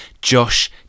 Josh